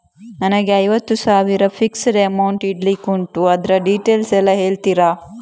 ನನಗೆ ಐವತ್ತು ಸಾವಿರ ಫಿಕ್ಸೆಡ್ ಅಮೌಂಟ್ ಇಡ್ಲಿಕ್ಕೆ ಉಂಟು ಅದ್ರ ಡೀಟೇಲ್ಸ್ ಎಲ್ಲಾ ಹೇಳ್ತೀರಾ?